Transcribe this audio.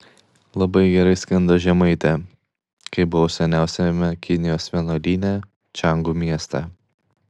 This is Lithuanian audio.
labai gerai skendo žemaitė kai buvau seniausiame kinijos vienuolyne čiangu mieste